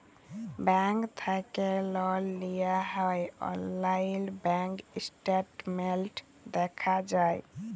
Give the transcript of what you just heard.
bank থ্যাকে লল লিয়া হ্যয় অললাইল ব্যাংক ইসট্যাটমেল্ট দ্যাখা যায়